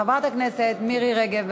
חברת הכנסת מירי רגב.